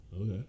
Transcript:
Okay